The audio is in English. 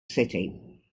city